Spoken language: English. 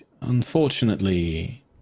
unfortunately